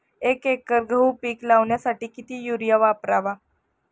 एक एकर गहू पीक लावण्यासाठी किती युरिया वापरावा?